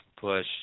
push